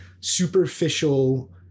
superficial